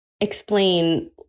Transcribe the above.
explain